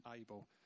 able